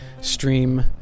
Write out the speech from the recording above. stream